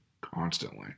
constantly